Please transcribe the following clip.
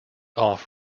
off